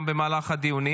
גם במהלך הדיונים.